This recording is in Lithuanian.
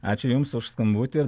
ačiū jums už skambutį ir